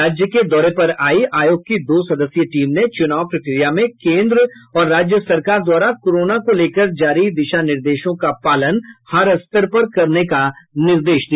राज्य के दौरे पर आई आयोग की दो सदस्यीय टीम ने चुनाव प्रक्रिया में केन्द्र और राज्य सरकार द्वारा कोरोना को लेकर जारी दिशा निर्देशों का पालन हर स्तर पर करने का निर्देश दिया